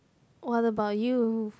what about you